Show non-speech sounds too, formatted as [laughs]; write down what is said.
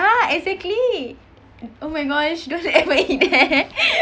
exactly oh my gosh don't [laughs] ever eat there [laughs]